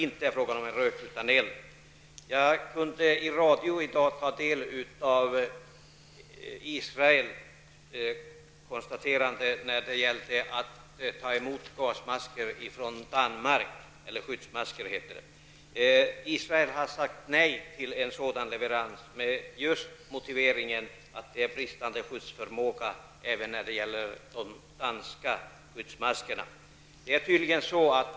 I radio i dag kunde jag ta del av Israels mening beträffade skyddsmasker från Danmark. Israel har sagt nej till leverans från Danmark och detta med just den motiveringen att även de danska skyddsmaskerna brister i fråga om skyddsförmåga.